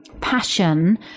passion